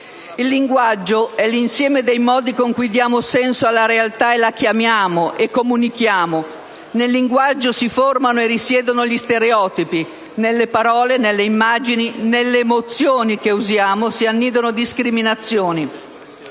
Il linguaggio è l'insieme dei modi con cui diamo senso alla realtà, la chiamiamo e comunichiamo. Nel linguaggio si formano e risiedono gli stereotipi. Nelle parole, nelle immagini, nelle emozioni che usiamo si annidano discriminazioni.